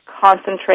concentrate